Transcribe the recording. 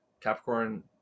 Capricorn